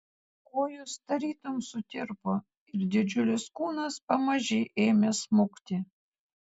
kojos tarytum sutirpo ir didžiulis kūnas pamaži ėmė smukti